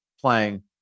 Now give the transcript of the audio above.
playing